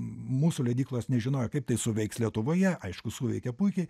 mūsų leidyklos nežinojo kaip tai suveiks lietuvoje aišku suveikė puikiai